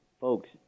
folks